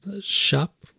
shop